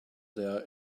their